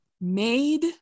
made